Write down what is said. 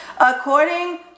According